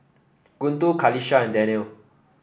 Guntur Qalisha and Daniel